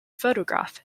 photograph